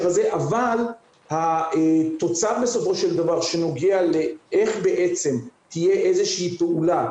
הזה אבל התוצאה בסופו של דבר שנוגעת איך בעצם תהיה איזושהי פעולה